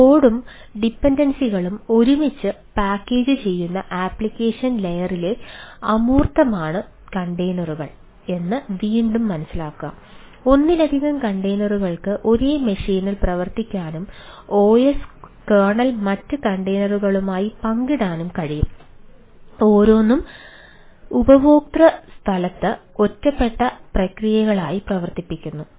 അതിനാൽ കോഡും മറ്റ് കണ്ടെയ്നറുകളുമായി പങ്കിടാനും കഴിയും ഓരോന്നും ഉപയോക്തൃ സ്ഥലത്ത് ഒറ്റപ്പെട്ട പ്രക്രിയകളായി പ്രവർത്തിക്കുന്നു